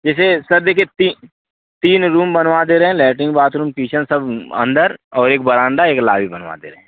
जैसे सर देखिए तीन तीन रूम बनवा दे रहैं हैं लैट्रिन बाथरूम किचन सब अंदर और एक बरामदा एक लाबी बनवा दे रहे हैं